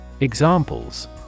Examples